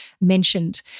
mentioned